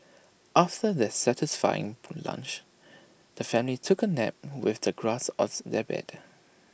after their satisfying lunch the family took A nap with the grass as their bed